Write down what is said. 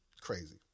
crazy